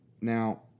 Now